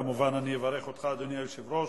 כמובן אני אברך אותך, אדוני היושב-ראש,